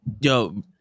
yo